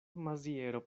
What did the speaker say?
maziero